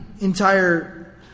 entire